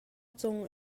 cung